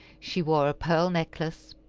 she wore a pearl necklace,